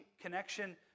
connection